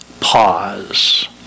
pause